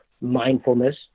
mindfulness